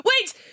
Wait